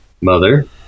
Mother